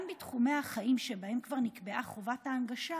גם בתחומי החיים שבהם כבר נקבעה חובת ההנגשה,